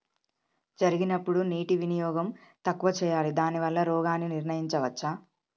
జరిగినప్పుడు నీటి వినియోగం తక్కువ చేయాలి దానివల్ల రోగాన్ని నివారించవచ్చా?